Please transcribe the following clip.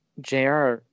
Jr